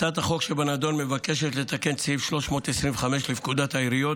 הצעת החוק שבנדון מבקשת לתקן את סעיף 325 לפקודת העיריות